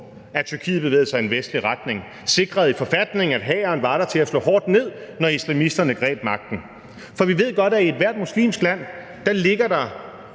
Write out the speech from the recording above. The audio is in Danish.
at Tyrkiet bevægede sig i en vestlig retning. Den sikrede også i forfatningen, at hæren var der til at slå hårdt ned, når ekstremisterne greb magten. For vi ved godt, at der i ethvert muslimsk land ligger en